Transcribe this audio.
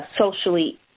socially